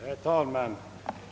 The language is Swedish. Herr talman!